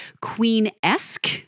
Queen-esque